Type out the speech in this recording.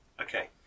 Okay